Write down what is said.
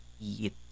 eat